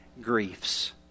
griefs